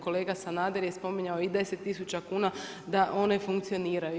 Kolega Sanader, je spominjao i 10000 kn, da one funkcioniraju.